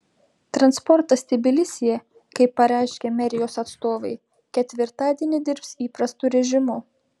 transportas tbilisyje kaip pareiškė merijos atstovai ketvirtadienį dirbs įprastu režimu